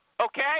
okay